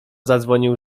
zadzwonił